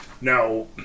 Now